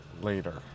later